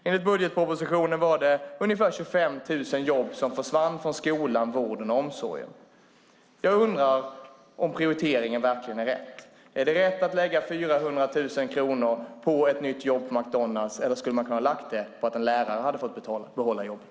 Enligt budgetpropositionen var det ungefär 25 000 jobb som försvann från skolan, vården och omsorgen. Jag undrar om prioriteringen verkligen är rätt. Är det rätt att lägga 400 000 kronor på ett nytt jobb på McDonalds, eller skulle man ha kunnat lägga de pengarna på att en lärare hade fått behålla jobbet?